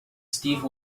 steve